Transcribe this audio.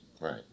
right